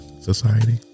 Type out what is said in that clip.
society